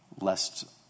lest